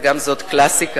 וגם זאת קלאסיקה,